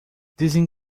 dizem